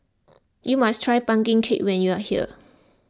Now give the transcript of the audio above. you must try Pumpkin Cake when you are here